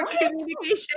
communication